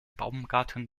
baumgarten